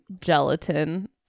gelatin